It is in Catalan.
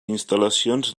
instal·lacions